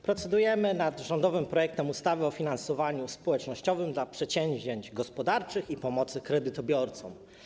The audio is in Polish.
Procedujemy nad rządowym projektem ustawy o finansowaniu społecznościowym dla przedsięwzięć gospodarczych i pomocy kredytobiorcom.